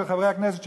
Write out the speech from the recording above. של חברי הכנסת,